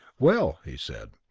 well, he said,